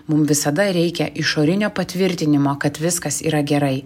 mum visada reikia išorinio patvirtinimo kad viskas yra gerai